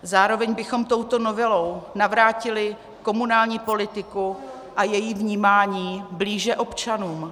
Zároveň bychom touto novelou navrátili komunální politiku a její vnímání blíže občanům.